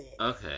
Okay